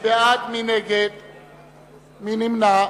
מי נמנע?